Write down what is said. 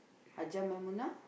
Hajjah-Maimuna